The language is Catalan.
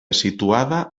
situada